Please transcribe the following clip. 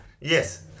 Yes